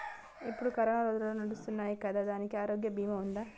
ఇప్పుడు కరోనా రోజులు నడుస్తున్నాయి కదా, దానికి ఆరోగ్య బీమా ఉందా?